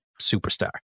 superstar